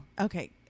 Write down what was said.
Okay